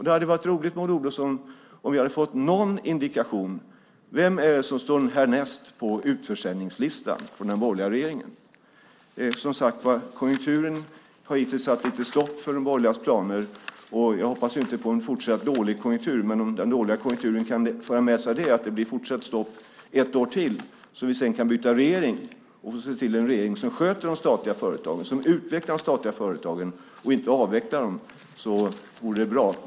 Det hade varit roligt, Maud Olofsson, om vi hade fått någon indikation om vilka företag det är som härnäst står på den borgerliga regeringens utförsäljningslista. Som sagt har konjunkturen hittills satt lite stopp för de borgerligas planer. Jag hoppas inte på en fortsatt dålig konjunktur, men om den dåliga konjunkturen kan föra med sig det att det blir fortsatt stopp ett år till så att vi sedan kan byta regering till en som sköter och utvecklar de statliga företagen och inte avvecklar dem vore det bra.